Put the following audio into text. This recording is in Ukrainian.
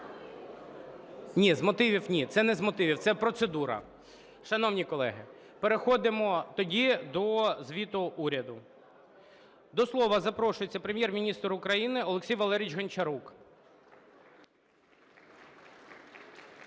З мотивів, ні. Це не з мотивів, це процедура. Шановні колеги, переходимо тоді до звіту уряду. До слова запрошується Прем'єр-міністр України Олексій Валерійович Гончарук. 10:15:32